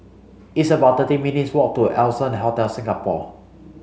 it's about thirty minutes' walk to Allson Hotel Singapore